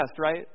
right